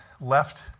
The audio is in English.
left